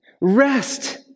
Rest